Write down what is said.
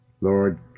Lord